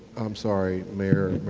i'm sorry mayor,